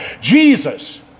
Jesus